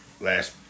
last